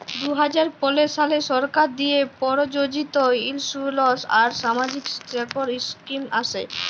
দু হাজার পলের সালে সরকার দিঁয়ে পরযোজিত ইলসুরেলস আর সামাজিক সেক্টর ইস্কিম আসে